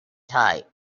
type